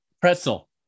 Pretzel